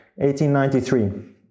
1893